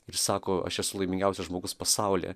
ir sako aš esu laimingiausias žmogus pasaulyje